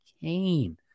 cane